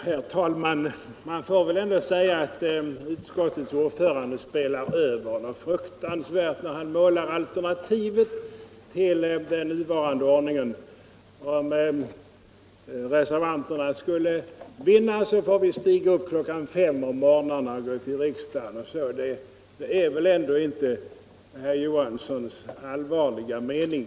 Herr talman! Man får väl ändå säga att utskottets ordförande spelar över något fruktansvärt när han utmålar alternativet till den nuvarande ordningen: Om reservanterna skulle vinna får vi stiga upp kl. 5 om morgnarna och gå till riksdagen. Det är väl ändå inte herr Johanssons i Trollhättan allvarliga mening?